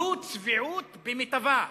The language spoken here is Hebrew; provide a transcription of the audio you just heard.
זו צביעות במיטבה.